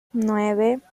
nueve